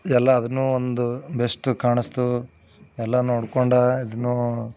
ಎಲ್ಲ ಅದನ್ನು ಒಂದು ಬೆಸ್ಟ ಕಾಣಿಸ್ತು ಎಲ್ಲ ನೋಡ್ಕೊಂಡು ಇದನ್ನು